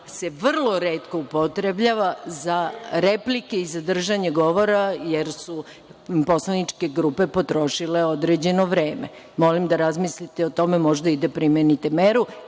se vrlo retko upotrebljava za replike i za držanje govora jer su im poslaničke grupe potrošile određeno vreme. Molim, da razmislite o tome, možda i da primenite meru